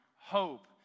hope